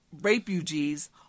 refugees